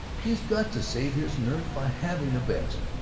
he's got to save his nerves by having the best.